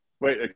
Wait